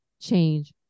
change